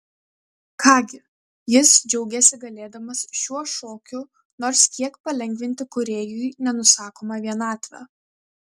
ką gi jis džiaugėsi galėdamas šiuo šokiu nors kiek palengvinti kūrėjui nenusakomą vienatvę